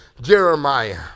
Jeremiah